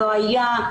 לא היה.